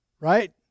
right